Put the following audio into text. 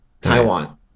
Taiwan